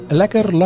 Lekker